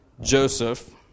Joseph